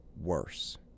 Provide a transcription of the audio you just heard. worse